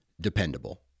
dependable